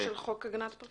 לא של חוק הגנת הפרטיות?